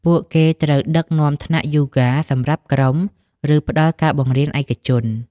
ពួកគេត្រូវ ដឹកនាំថ្នាក់យូហ្គា សម្រាប់ក្រុម ឬផ្តល់ការបង្រៀនឯកជន។